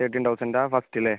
thirteen thousand ആണോ first അല്ലേ